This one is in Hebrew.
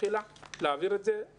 מלכתחילה היה טעות להעביר את זה ואני